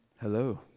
Hello